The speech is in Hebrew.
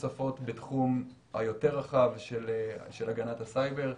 נוספות בתחום היותר רחב של הגנת הסייבר.